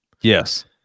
yes